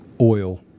oil